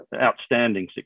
outstanding